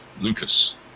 Lucas